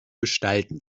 gestalten